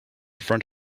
front